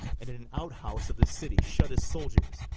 and in an out-house of the city shut his soldiers,